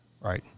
right